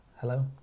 Hello